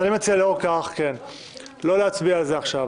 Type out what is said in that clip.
אז אני מציע לאור כך לא להצביע על זה עכשיו.